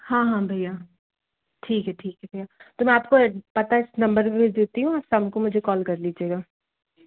हाँ हाँ भैया ठीक है ठीक है भैया तो मैं आपको पता इस नंबर पे भेज देती हूँ आप शाम को मुझे कॉल कर लीजिएगा